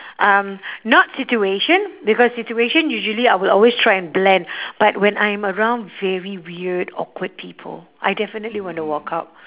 um not situation because situation usually I will always try and blend but when I'm around very weird awkward people I definitely want to walk out